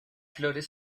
flores